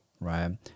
right